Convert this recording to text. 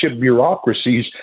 bureaucracies